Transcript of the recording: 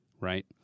right